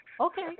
Okay